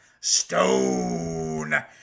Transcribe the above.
stone